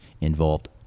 involved